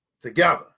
together